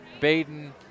Baden